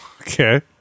Okay